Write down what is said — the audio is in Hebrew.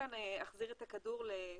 מכאן אני אחזיר את הכדור לשלומי,